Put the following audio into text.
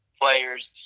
players